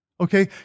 okay